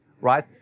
right